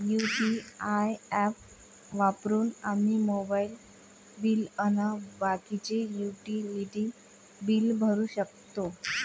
UPI app वापरून आम्ही mobile bill अन बाकीचे युटिलिटी बिल भरू शकतो